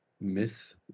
myth